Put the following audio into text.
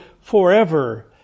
forever